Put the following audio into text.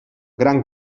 gran